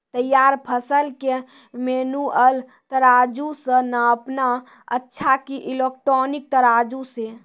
तैयार फसल के मेनुअल तराजु से नापना अच्छा कि इलेक्ट्रॉनिक तराजु से?